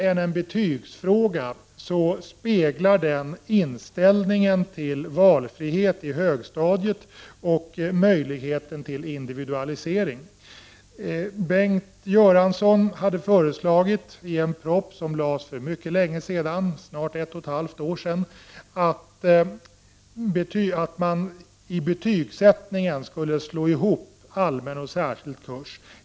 Den frågan speglar inställningen till valfrihet i högstadiet och möjlighet till individualisering. Bengt Göransson föreslog i en proposition som lades fram för mycket länge sedan, för snart ett och ett halvt år sedan, att allmän och särskild kurs skulle slås ihop vid betygssättningen.